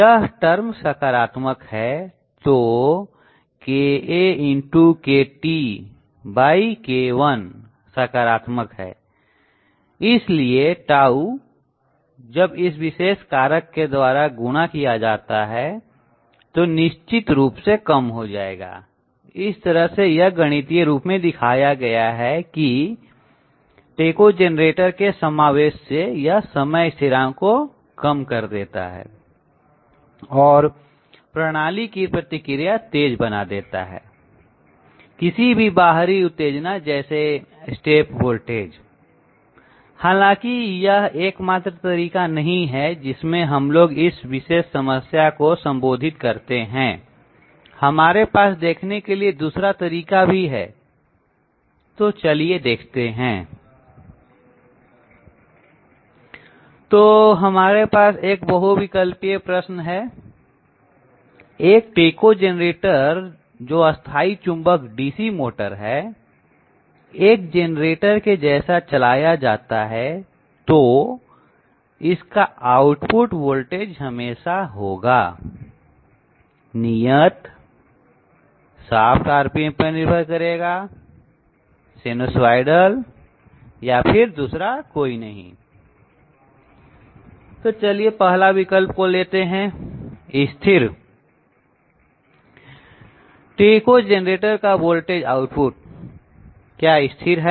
यह टर्म सकारात्मक है तो KA×KTK1 सकारात्मक है और इसलिए τ जब इस विशेष कारक के द्वारा गुणा किया जाता है तो निश्चित रूप से कम हो जाएगा इस तरह से यह गणितीय रूप में दिखाया गया है कि टेकोजेनरेटर के समावेश से यह टाइम कांस्टेंट को कम कर देता है और प्रणाली की प्रतिक्रिया तेज बना देता है किसी भी बाहरी उत्तेजना जैसे स्टेप वोल्टेज हालांकि यह एकमात्र तरीका नहीं है जिसमें हम लोग इस विशेष समस्या को संबोधित करते हैं हमारे पास देखने के लिए दूसरा तरीका भी है तो चलिए देखते हैं तो हमारे पास एक बहुविकल्पीय प्रश्न है एक टेकोजेनरेटर जो स्थाई चुंबक DC मोटर है एक जेनरेटर के जैसा चलाया जाता है तो इसका आउटपुट वोल्टेज हमेशा होगा नियत शाफ्ट RPM पर निर्भर करेगा सीनूसवाईदल दूसरा कोई नहीं तो चलिए पहला विकल्प को लेते हैं स्थिर टेकोजेनरेटर का वोल्टेज आउटपुट क्या स्थिर है